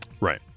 right